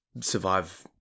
survive